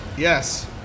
Yes